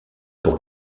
pour